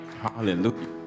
Hallelujah